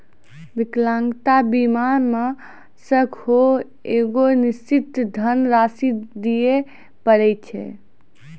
विकलांगता बीमा मे सेहो एगो निश्चित धन राशि दिये पड़ै छै